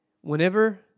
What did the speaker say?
whenever